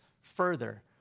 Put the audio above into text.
further